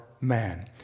man